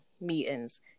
meetings